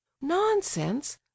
nonsense